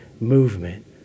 movement